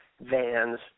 vans